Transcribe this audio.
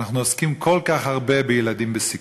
אנחנו עוסקים כל כך הרבה בילדים בסיכון?